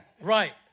Right